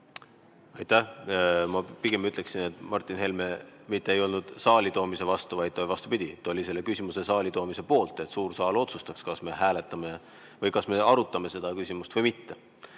Aitäh! Ma ütleksin pigem, et Martin Helme mitte ei olnud saali toomise vastu, vaid vastupidi – ta oli selle küsimuse saali toomise poolt, et suur saal otsustaks, kas me arutame seda küsimust või mitte